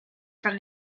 from